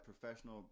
professional